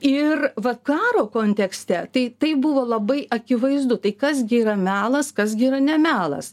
ir va karo kontekste tai tai buvo labai akivaizdu tai kas gi yra melas kas gi yra ne melas